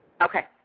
Okay